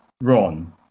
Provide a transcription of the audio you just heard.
Ron